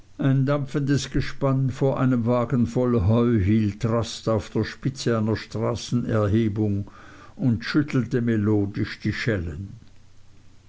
ein dampfendes gespann vor einem wagen voll heu hielt rast auf der spitze einer straßenerhebung und schüttelte melodisch die schellen